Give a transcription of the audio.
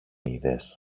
είδες